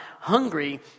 hungry